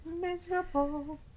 miserable